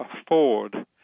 afford